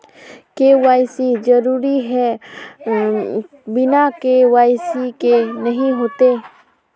KYC जरुरी है बिना के.वाई.सी के नहीं होते?